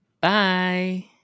Bye